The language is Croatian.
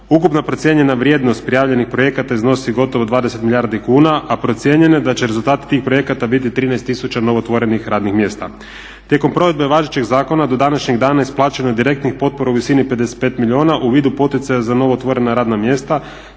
Ukupna procijenjena vrijednost prijavljenih projekata iznosi gotovo 20 milijardi kuna, a procijenjeno je da će rezultati tih projekata biti 13 tisuća novootvorenih radnih mjesta. Tijekom provedbe važećeg zakona do današnjeg dana isplaćeno je direktnih potpora u visini 55 milijuna u vidu poticaja za novootvorena radna mjesta